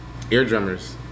Eardrummers